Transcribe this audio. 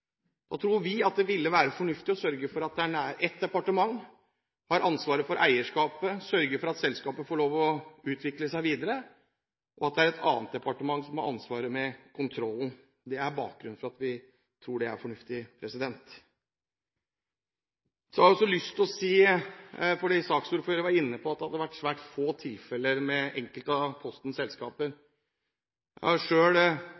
Da tror vi at det ville være fornuftig å sørge for at det er ett departement som har ansvaret for eierskapet, og som sørger for at selskapet får lov til å utvikle seg videre, og at det er et annet departement som har ansvaret for kontrollen. Det er bakgrunnen for at vi tror det er fornuftig. Saksordføreren var inne på at det hadde vært svært få tilfeller med enkelte av Postens selskaper og bilene de bruker. Jeg har selv fått lov til å oppleve et av selskapene